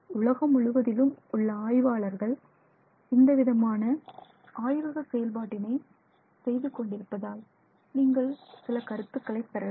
உலகம் முழுவதிலும் உள்ள ஆய்வாளர்கள் இந்தவிதமான ஆய்வக செயல்பாட்டினை செய்து கொண்டிருப்பதால் நீங்கள் சில கருத்துகளை பெறலாம்